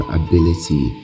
ability